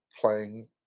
playing